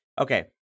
okay